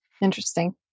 Interesting